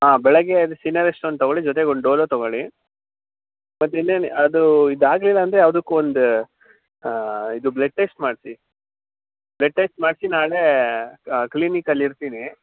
ಹಾಂ ಬೆಳಗ್ಗೆ ಅದು ಸಿನಾರಿಸ್ಟ ಒಂದು ತೊಗೊಳ್ಳಿ ಜೊತೆಗೆ ಒಂದು ಡೊಲೊ ತೊಗೊಳ್ಳಿ ಮತ್ತೆ ಇನ್ನೇನು ಅದೂ ಇದು ಆಗ್ಲಿಲ್ಲ ಅಂದರೆ ಯಾವುದಕ್ಕು ಒಂದು ಇದು ಬ್ಲೆಡ್ ಟೆಸ್ಟ್ ಮಾಡಿಸಿ ಬ್ಲೆಡ್ ಟೆಸ್ಟ್ ಮಾಡಿಸಿ ನಾಳೆ ಕ್ಲಿನಿಕ್ ಅಲ್ಲಿ ಇರ್ತೇನೆ